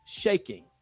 shaking